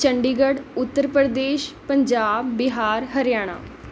Chandigarh Uttar Pradesh Punjab Bihar Haryana